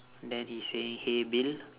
then he saying hey bill